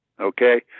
Okay